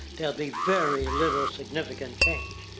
there'll be very little significant change.